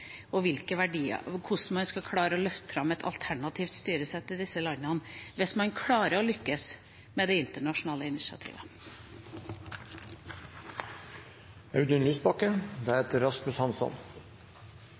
og hvordan man skal klare å løfte fram et alternativt styresett i disse landene, hvis man klarer å lykkes med det internasjonale initiativet.